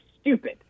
stupid